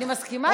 אני מסכימה.